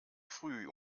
früh